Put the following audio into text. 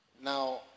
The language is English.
Now